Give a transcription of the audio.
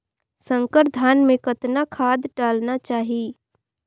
संकर धान मे कतना खाद डालना चाही?